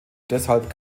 deshalb